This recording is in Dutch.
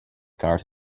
kaart